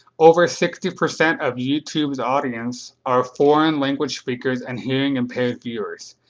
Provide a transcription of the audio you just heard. over sixty percent of youtube's audience are foreign language speakers and hearing impaired viewers.